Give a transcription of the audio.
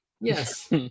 Yes